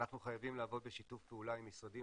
אנחנו חייבים לעבוד בשיתוף פעולה עם משרדים